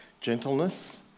gentleness